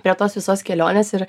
prie tos visos kelionės ir